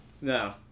No